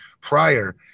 prior